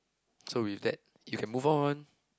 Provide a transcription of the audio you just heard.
so with that you can move on